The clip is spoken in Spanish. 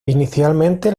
inicialmente